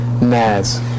Naz